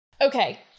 Okay